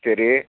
சரி